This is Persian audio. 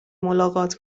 ملاقات